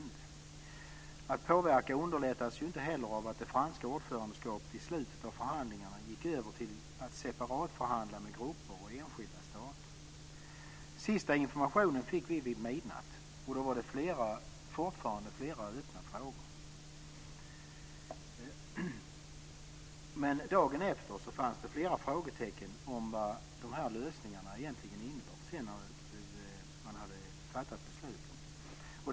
Möjligheten att påverka underlättades inte heller av att ordförandelandet Frankrike i slutet av förhandlingarna gick över till att separatförhandla med enskilda eller grupper av stater. Sista informationen fick vi vid midnatt. Då var flera frågor fortfarande öppna. Dagen efter fanns det flera frågetecken om vad de senast fattade besluten egentligen innebar.